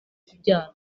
kubyara